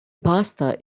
pasta